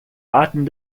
arten